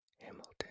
Hamilton